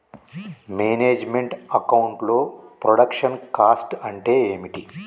Manage meant account లో production cost అంటే ఏమిటి?